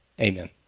amen